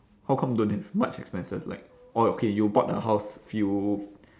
how come don't have much expenses like orh okay you bought a house few